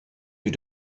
you